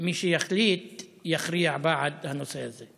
מי שיחליט יכריע בעד הנושא הזה.